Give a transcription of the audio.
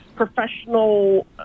professional